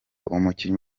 umukinnyi